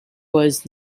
was